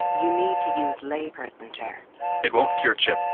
you need to use layperson terms it won't cure chip,